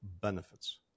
benefits